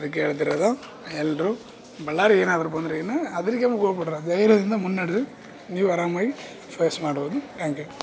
ಅದಕ್ಕೆ ಹೇಳ್ತಿರೋದು ಎಲ್ಲರು ಬಳ್ಳಾರಿಗೆ ಏನಾದರು ಬಂದ್ರೇನ ಹೆದ್ರಿಕಂಬುಕ್ ಹೋಗ್ಬಡ್ರ್ ಧೈರ್ಯದಿಂದ ಮುನ್ನಡ್ರಿ ನೀವು ಆರಾಮಾಗಿ ಫೇಸ್ ಮಾಡ್ಬೌದು ತ್ಯಾಂಕ್ ಯು